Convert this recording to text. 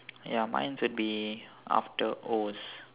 ya mine's would be after Os